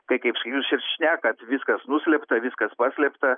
tai kaip jūs ir šnekat viskas nuslėpta viskas paslėpta